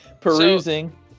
Perusing